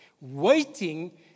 Waiting